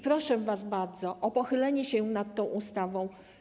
Proszę was bardzo o pochylenie się nad tą ustawą.